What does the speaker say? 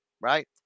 right